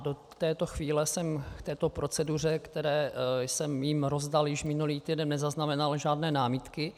Do této chvíle jsem k této proceduře, kterou jsem jim rozdal již minulý týden, nezaznamenal žádné námitky.